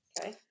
Okay